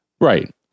Right